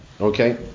okay